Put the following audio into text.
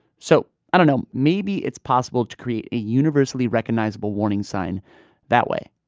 so i don't know, maybe it's possible to create a universally recognizable warning sign that way.